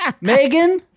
Megan